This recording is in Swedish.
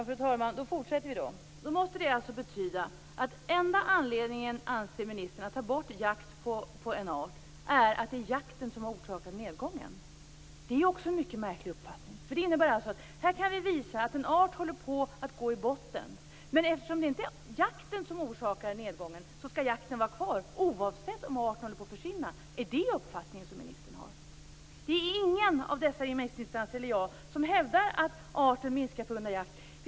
Fru talman! Då fortsätter vi. Det måste alltså betyda att ministern anser att den enda anledningen till att ta bort jakt på en art är att det är jakten som har orsakat nedgången. Det är också en mycket märklig uppfattning. Här kan vi alltså visa att en art håller på att gå i botten, men eftersom det inte är jakten som orsakar nedgången skall jakten vara kvar - oavsett om arten håller på att försvinna. Är det den uppfattning ministern har? Det är ingen av dessa remissinstanser som hävdar att arten minskar på grund av jakt, och inte heller jag.